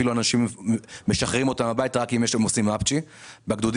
אפילו משחררים אנשים הביתה רק בגלל שהם עשו אפצ'י.